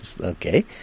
Okay